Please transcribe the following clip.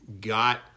got